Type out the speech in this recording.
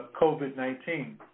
COVID-19